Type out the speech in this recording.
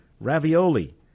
Ravioli